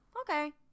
okay